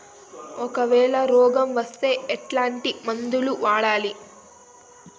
ఒకవేల రోగం వస్తే ఎట్లాంటి మందులు వాడాలి?